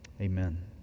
Amen